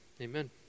Amen